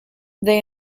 they